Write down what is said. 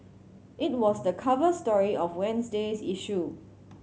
it was the cover story of Wednesday's issue